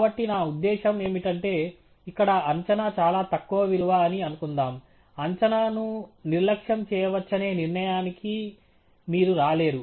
కాబట్టి నా ఉద్దేశ్యం ఏమిటంటే ఇక్కడ అంచనా చాలా తక్కువ విలువ అని అనుకుందాం అంచనాను నిర్లక్ష్యం చేయవచ్చనే నిర్ణయానికి మీరు రాలేరు